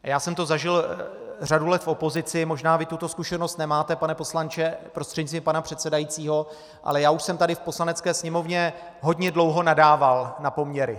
Já jsem to zažil řadu let v opozici, možná vy tuto zkušenost nemáte, pane poslanče prostřednictvím pana předsedajícího, ale já už jsem tady v Poslanecké sněmovně hodně dlouho nadával na poměry.